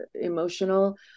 emotional